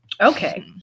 Okay